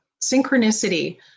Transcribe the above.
Synchronicity